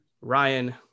Ryan